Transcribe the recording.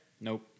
Nope